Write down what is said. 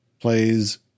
plays